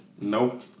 Nope